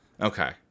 Okay